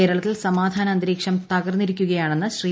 കേരളത്തിൽ സമാധാന അന്തരീക്ഷം തകർന്നിരിക്കയാണെന്ന് ശ്രീ